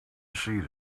see